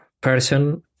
person